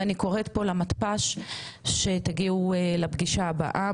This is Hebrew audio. אני קוראת פה למתפ"ש שתגיעו לפגישה הבאה,